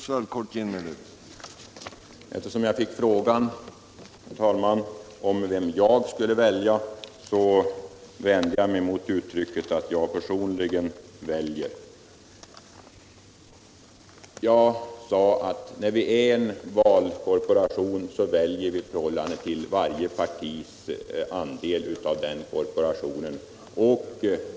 Herr talman! Eftersom jag fick frågan vem jag skulle välja vill jag vända mig mot uttrycket att jag personligen väljer. Jag sade att när vi är en valkorporation så väljer vi i förhållande till varje partis andel av den korporationen.